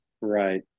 Right